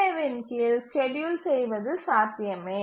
ஏ இன் கீழ் ஸ்கேட்யூல் செய்வது சாத்தியமே